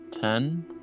ten